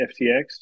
FTX